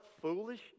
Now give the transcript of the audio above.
foolish